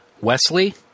Wesley